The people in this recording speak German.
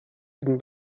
ihnen